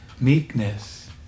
Meekness